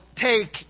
take